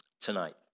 tonight